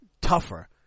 tougher